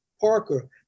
Parker